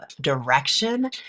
direction